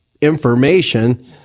information